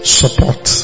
support